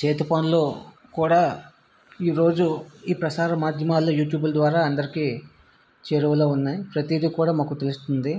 చేతి పనులు కూడా ఈ రోజు ఈ ప్రసార మాధ్యమాలు యూట్యూబ్ ద్వారా అందరికి చేరువలో ఉన్నాయి ప్రతిదీ కూడా మాకు తెలుస్తుంది